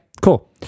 cool